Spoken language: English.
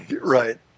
Right